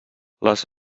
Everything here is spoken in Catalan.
les